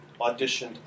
auditioned